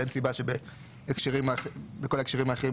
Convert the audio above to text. אין סיבה שהוא יופיע בכל ההקשרים האחרים,